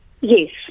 Yes